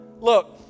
Look